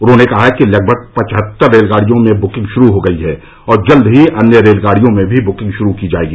उन्होंने कहा कि लगभग पचहत्तर रेलगाड़ियों में बुकिंग शुरू हो गई है और जल्द ही अन्य रेलगाड़ियों में भी बुकिंग शुरू की जाएगी